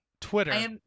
twitter